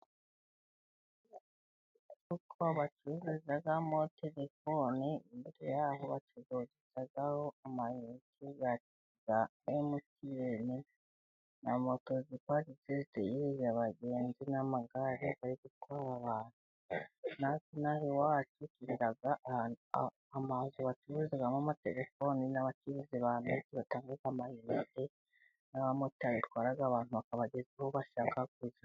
Inyubako bacururizamo telefoni imbere yaho bacururizaho amayinite ya emutiyeni na moto ziparitse zitegereje abagenzi n'amagare ari gutwara abantu. Natwe ino aha iwacu tugira amazu bacururizamo amatelefoni n'abacuruzi ba mitiyu batanga amayinite, n'abamotari batwara abantu bakabageza aho bashaka kujya.